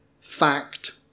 fact